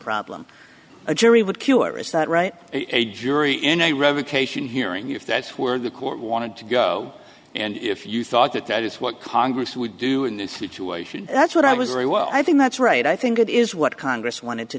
problem a jury would cure is that right a j jury in a revocation hearing if that's where the court wanted to go and if you thought that that is what congress would do in this situation that's what i was very well i think that's right i think it is what congress wanted to